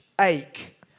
ache